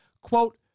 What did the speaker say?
Quote